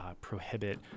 prohibit